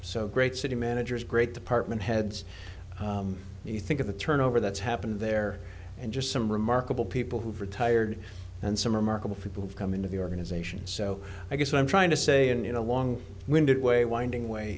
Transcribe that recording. so great city managers great department heads and you think of the turnover that's happened there and just some remarkable people who've retired and some remarkable people have come into the organization so i guess i'm trying to say in a long winded way winding way